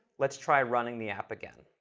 let's try running the app again.